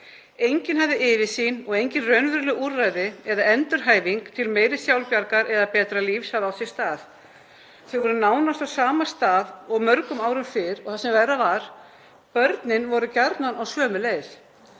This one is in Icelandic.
Enginn hafði yfirsýn og engin raunveruleg úrræði eða endurhæfing til meiri sjálfbjargar eða betra lífs hafði átt sér stað. Þau voru nánast á sama stað og mörgum árum fyrr og það sem verra var, börnin voru gjarnan á sömu leið.